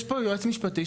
יש פה יועץ משפטי,